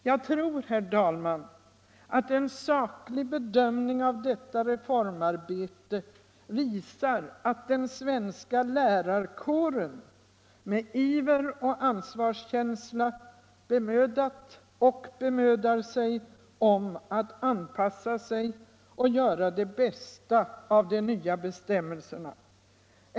Jag tror, herr talman, att en saklig bedömning av detta reformarbete visar att den svenska lärarkåren med iver och ansvarskänsla bemödat och bemödar sig om att anpassa sig och göra det bästa av de nya bestämmelserna.